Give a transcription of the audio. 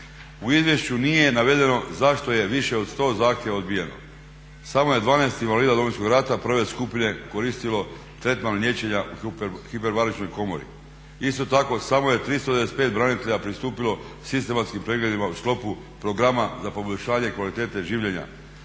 U izvješću nije navedeno zašto je više do 100 zahtjeva odbijeno. Samo je 12 invalida Domovinskog rata prve skupine koristilo tretman liječenja u hiperbarična komora. Isto tako samo je 395 branitelja pristupilo sistematskim pregledima u sklopu programa za poboljšanje kvalitete življenja